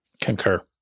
Concur